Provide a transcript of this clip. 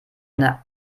eine